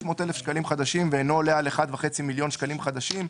אלף שקלים חדשים ואינו עולה על 1.5 מיליון שקלים חדשים,